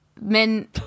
men